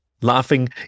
Laughing